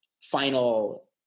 final